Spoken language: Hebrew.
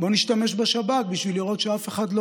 בואו נשתמש בשב"כ בשביל לראות שאף אחד לא